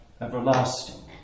everlasting